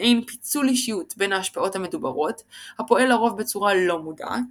מעין "פיצול אישיות" בין ההשפעות המדוברות הפועל לרוב בצורה לא מודעת.